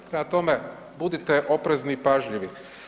Prema tome budite oprezni i pažljivi.